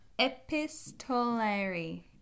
epistolary